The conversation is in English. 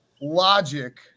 logic